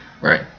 right